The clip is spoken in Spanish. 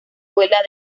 vuela